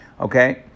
okay